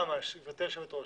גברתי היושבת ראש,